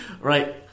right